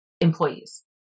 employees